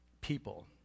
people